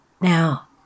Now